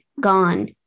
gone